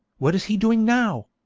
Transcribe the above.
what is he doing now